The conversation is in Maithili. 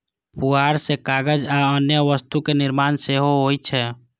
पुआर सं कागज आ अन्य वस्तुक निर्माण सेहो होइ छै